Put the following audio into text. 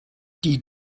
die